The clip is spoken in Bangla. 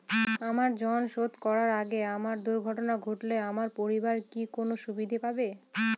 আমার ঋণ শোধ করার আগে আমার দুর্ঘটনা ঘটলে আমার পরিবার কি কোনো সুবিধে পাবে?